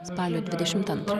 spalio dvidešimt antrą